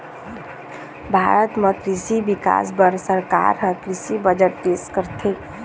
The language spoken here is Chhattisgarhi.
भारत म कृषि के बिकास बर सरकार ह कृषि बजट पेश करथे